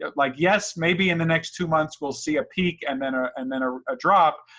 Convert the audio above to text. ah like yes, maybe in the next two months we'll see a peak and then ah and then ah a drop,